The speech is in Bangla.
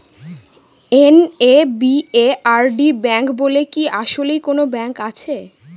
এন.এ.বি.এ.আর.ডি ব্যাংক বলে কি আসলেই কোনো ব্যাংক আছে?